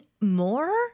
more